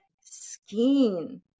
skin